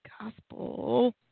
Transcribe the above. gospel